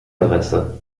adresse